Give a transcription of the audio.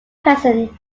present